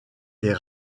des